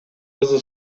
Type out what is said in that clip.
кызы